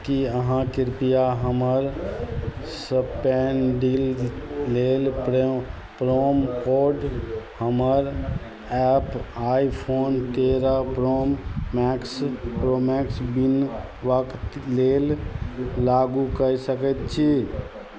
कि अहाँ कृपया हमर स्नैपडील लेल परेम प्रोमोकोड हमर एप आइफोन तेरह प्रोमैक्स प्रोमैक्स बिनवक्त लेल लागू कै सकै छी